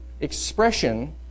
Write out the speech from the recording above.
expression